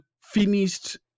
finished